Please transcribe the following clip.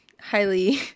highly